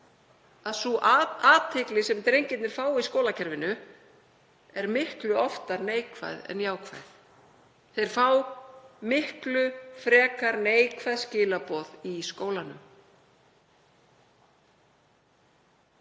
að sú athygli sem drengirnir fá í skólakerfinu er miklu oftar neikvæð en jákvæð. Þeir fá miklu frekar neikvæð skilaboð í skólanum.